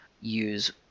use